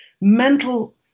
mental